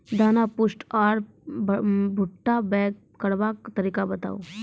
दाना पुष्ट आर भूट्टा पैग करबाक तरीका बताऊ?